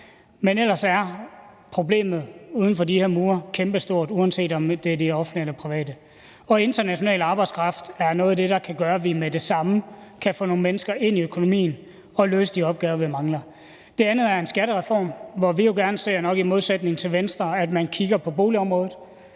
men ellers er problemet uden for de her mure kæmpestort, uanset om det er de offentlige eller private. International arbejdskraft er noget af det, der kan gøre, at vi med det samme kan få nogle mennesker ind i økonomien og løse de opgaver, vi mangler. Det andet er en skattereform, hvor vi jo gerne ser – nok i modsætning til Venstre – at man kigger på boligområdet,